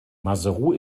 maseru